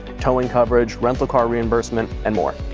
towing coverage, rental car reimbursement, and more.